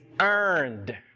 earned